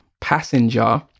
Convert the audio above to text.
passenger